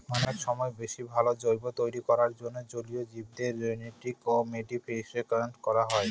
অনেক সময় বেশি ভালো জীব তৈরী করার জন্য জলীয় জীবদের জেনেটিক মডিফিকেশন করা হয়